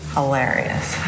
Hilarious